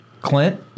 Clint